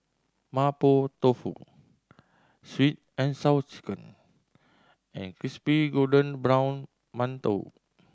Mapo Tofu Sweet And Sour Chicken and crispy golden brown mantou